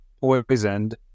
poisoned